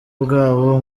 bwawo